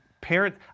parent